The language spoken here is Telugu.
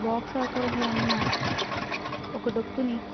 బాక్స్ ఆకారంలో ఉన్న ఒక డొక్కుని